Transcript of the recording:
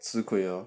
吃亏 lor